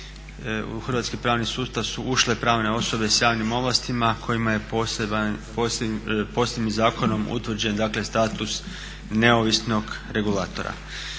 U hrvatski pravni sustav su ušle pravne osobe sa javnim ovlastima kojima je posebnim zakonom utvrđen dakle status neovisnog regulatora.